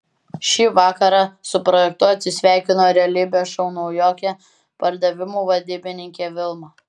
šį vakarą su projektu atsisveikino realybės šou naujokė pardavimų vadybininkė vilma